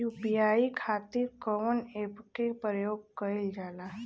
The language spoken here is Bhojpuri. यू.पी.आई खातीर कवन ऐपके प्रयोग कइलजाला?